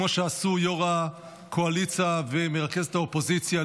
כמו שעשו יו"ר הקואליציה ומרכזת האופוזיציה,